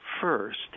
first